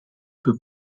peut